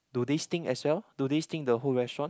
do they stink as well do they stink the whole restaurant